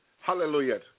hallelujah